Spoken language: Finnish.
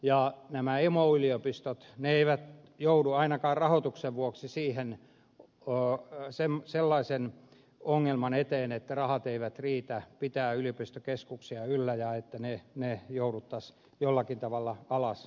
nämä emoyliopistot eivät joudu ainakaan rahoituksen vuoksi sellaisen ongelman eteen että rahat eivät riitä yliopistokeskusten ylläpitämiseen ja että ne jouduttaisiin jollakin tavalla ajamaan alas